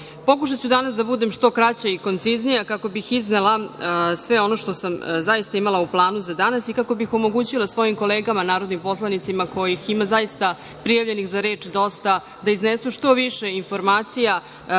pokušaću danas da budem što kraća i konciznija kako bih iznela sve ono što sam zaista imala u planu za danas i kako bih omogućila svojim kolegama narodnim poslanicima kojih ima zaista dosta prijavljenih za reč, da iznesu što više informacija